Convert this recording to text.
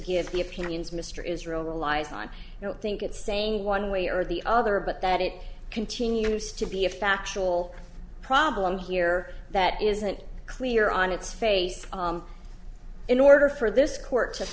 give the opinions mr israel relies on don't think it's saying one way or the other but that it continues to be a factual problem here that isn't clear on its face in order for this court